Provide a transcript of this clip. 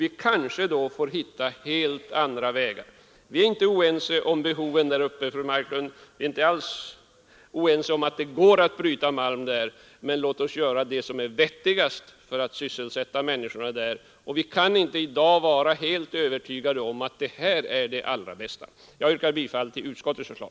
Vi kanske sedan får försöka hitta helt andra vägar. Vi är inte oense om behoven där uppe, fru Marklund. Vi är inte heller oense om att det går att bryta malm där. Men låt oss göra det som är vettigast för att sysselsätta människorna i Pajalaområdet. Vi kan inte i dag vara helt övertygade om att malmbrytning är det allra bästa. Jag yrkar bifall till utskottets förslag.